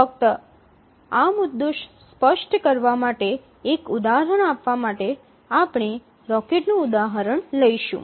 ફક્ત આ મુદ્દો સ્પષ્ટ કરવા માટે એક ઉદાહરણ આપવા માટે આપણે રોકેટનું ઉદાહરણ લઈશું